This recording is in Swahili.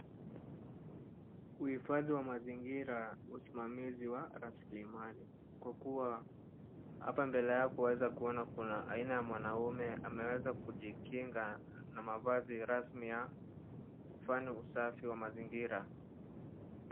Uhifadhi wa mazingira, usimamizi wa raslimali kwa kuwa hapa mbele yao kwawezakuona kuna aina ya mwanaume ameweza kujikinga na mavazi rasmi ya kufanya usafi wa mazingira.